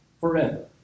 forever